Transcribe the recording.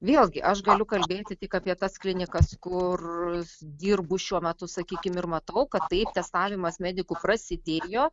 vėlgi aš galiu kalbėti tik apie tas klinikas kur dirbu šiuo metu sakykim ir matau kad taip testavimas medikų prasidėjo